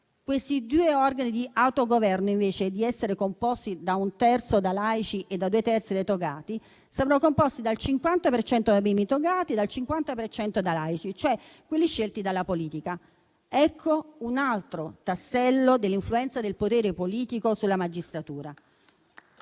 Questi due organi di autogoverno, invece di essere composti per un terzo da laici e per due terzi dai togati, saranno composti al 50 per cento da membri togati e al 50 per cento da laici, cioè i membri scelti dalla politica. Ecco un altro tassello dell'influenza del potere politico sulla magistratura.